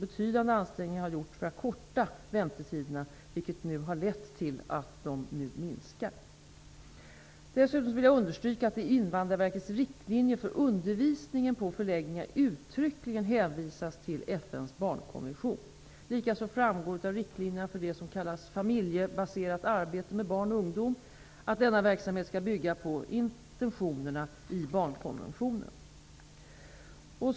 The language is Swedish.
Betydande ansträngningar har gjorts för att förkorta väntetiderna, vilket har lett till att de nu minskar. Dessutom vill jag understryka att det i Invndrarverkets riktlinjer för undervisningen på förläggningarna uttryckligen hänvisas till FN:s barnkonvention. Likaså framgår av riktlinjena för det som kallas ''familjebaserat arbete med barn och ungdom'', att denna verksamhet skall bygga på intentionerna i barnkonventionen.